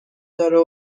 داره